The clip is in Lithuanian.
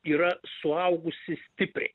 yra suaugusi stipriai